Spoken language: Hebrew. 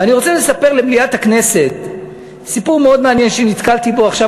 ואני רוצה לספר למליאת הכנסת סיפור מאוד מעניין שנתקלתי בו עכשיו,